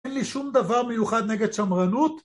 אין לי שום דבר מיוחד נגד שמרנות